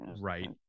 Right